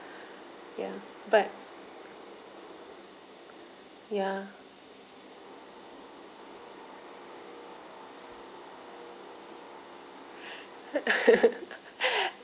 ya but ya